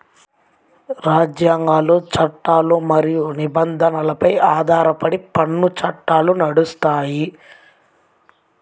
రాజ్యాంగాలు, చట్టాలు మరియు నిబంధనలపై ఆధారపడి పన్ను చట్టాలు నడుస్తాయి